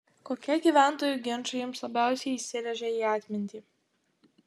kokie gyventojų ginčai jums labiausiai įsirėžė į atmintį